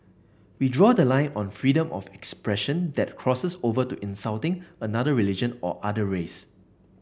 we draw the line on freedom of expression that crosses over to insulting another religion or another race